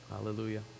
Hallelujah